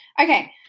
Okay